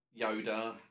Yoda